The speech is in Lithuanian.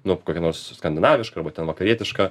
nu kokia nors skandinaviška arba ten vakarietiška